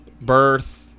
Birth